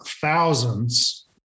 thousands